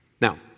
Now